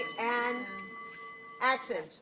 and action.